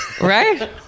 Right